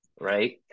Right